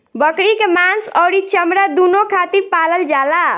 बकरी के मांस अउरी चमड़ा दूनो खातिर पालल जाला